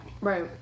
Right